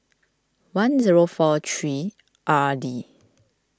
one zero four three R D